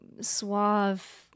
suave